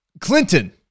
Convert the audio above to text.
Clinton